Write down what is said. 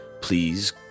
please